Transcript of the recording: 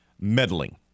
meddling